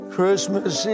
Christmas